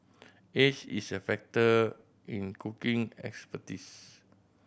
age is a factor in cooking expertise